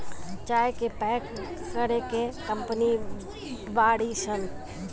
चाय के पैक करे के कंपनी बाड़ी सन